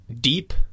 Deep